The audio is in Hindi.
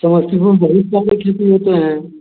समस्तीपुर में बहुत तरह खेती होते हैं